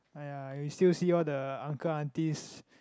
!aiya! you still see all the uncle aunties